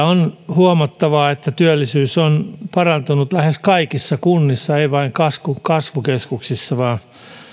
on huomattavaa että työllisyys on parantunut lähes kaikissa kunnissa ei vain kasvukeskuksissa